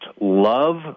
love